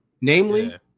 namely